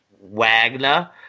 Wagner